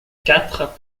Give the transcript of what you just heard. quatre